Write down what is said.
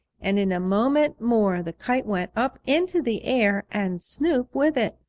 and in a moment more the kite went up into the air and snoop with it.